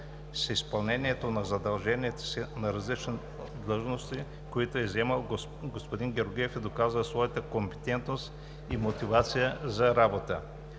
С изпълнението на задълженията си на различните длъжности, които е заемал, господин Георгиев е доказал своята компетентност и мотивация за работа.